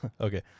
okay